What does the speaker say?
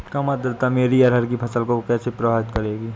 कम आर्द्रता मेरी अरहर की फसल को कैसे प्रभावित करेगी?